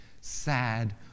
sad